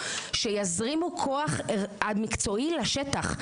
שיזרימו כוח מקצועי לשטח.